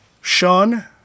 Sean